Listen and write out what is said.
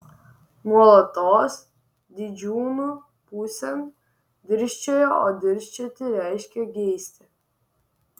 nuolatos didžiūnų pusėn dirsčiojo o dirsčioti reiškia geisti